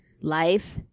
life